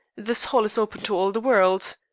this hall is open to all the world.